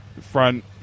front